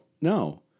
no